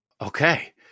Okay